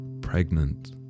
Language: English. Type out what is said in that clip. pregnant